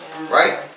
Right